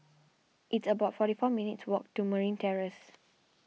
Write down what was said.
it's about forty four minutes' walk to Merryn Terrace